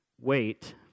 Wait